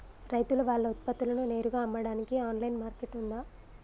రైతులు వాళ్ల ఉత్పత్తులను నేరుగా అమ్మడానికి ఆన్లైన్ మార్కెట్ ఉందా?